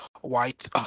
white